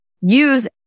use